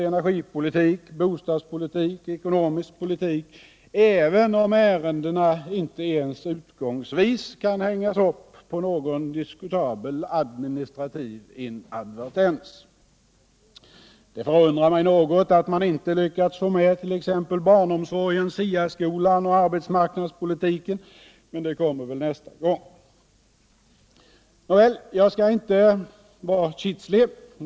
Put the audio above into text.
energipolitik, bostadspolitik och ekonomisk politik — även om ärendena inte ens utgångsvis kan hängas upp på någon diskutabel administrativ inadvertens. Det förundrar mig något att man inte lyckats få med t.ex. barnomsorgen, SIA skolan och arbetsmarknadspolitiken, men det kommer väl nästa gång. Nåväl, jag skall inte vara kitslig.